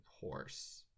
horse